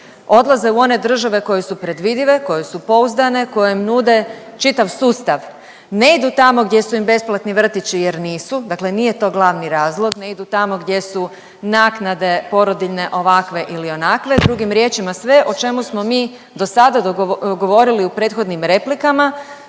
Odlaze u one države koje su predvidive, koje su pouzdane, koje im nude čitav sustav. Ne idu tamo gdje su im besplatni vrtići jer nisu, dakle nije to glavni razlog, ne idu tamo gdje su naknade porodiljne ovakve ili onakve, drugim riječima, sve o čemu smo mi do sada govorili u prethodnim replikama